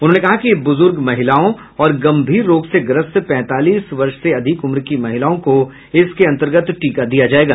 उन्होंने कहा कि बुजुर्ग महिलाओं और गंभीर रोग से ग्रस्त पैंतालीस वर्ष से अधिक उम्र की महिलाओं को इसके अन्तर्गत टीका दिया जायेगा